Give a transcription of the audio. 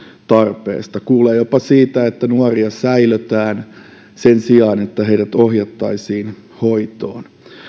tarpeesta kuulee jopa siitä että nuoria säilötään sen sijaan että heidät ohjattaisiin hoitoon